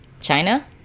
China